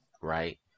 right